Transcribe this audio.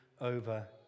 over